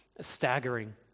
staggering